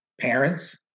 Parents